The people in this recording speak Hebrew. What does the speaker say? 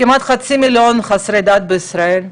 כמעט חצי מיליון חסרי דת בישראל,